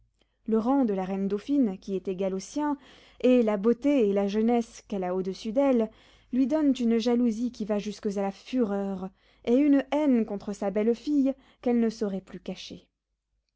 le rang de la reine dauphine qui est égal au sien et la beauté et la jeunesse qu'elle a au-dessus d'elle lui donnent une jalousie qui va jusqu'à la fureur et une haine contre sa belle-fille qu'elle ne saurait plus cacher